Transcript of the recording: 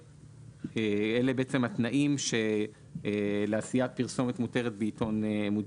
אלה התנאים לעשיית פרסומת מותרת בעיתון אחד.